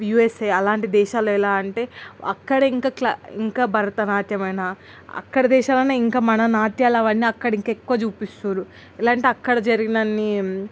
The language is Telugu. యూఎస్ఏ అలాంటి దేశాలు ఎలా అంటే అక్కడ ఇంకా ఇంకా భరతనాట్యమైనా అక్కడ దేశాల లోనే ఇంకా మన నాట్యాలు అవన్నీ అక్కడ ఇంకా ఎక్కువ చూపిస్తున్నారు ఎలా అంటే అక్కడ జరిగిన అన్ని